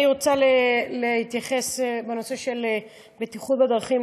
אני רוצה להתייחס בנושא של בטיחות בדרכים